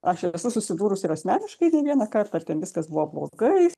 aš esu susidūrus ir asmeniškai ne vieną kartą ten viskas buvo blogai